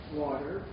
water